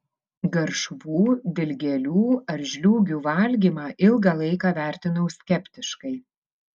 garšvų dilgėlių ar žliūgių valgymą ilgą laiką vertinau skeptiškai